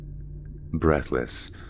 Breathless